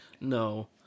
no